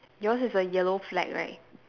yours is a yellow flag right